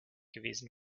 gewesen